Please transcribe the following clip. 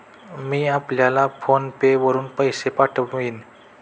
मी आपल्याला फोन पे वरुन पैसे पाठवीन